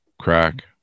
crack